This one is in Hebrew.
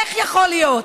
איך יכול להיות?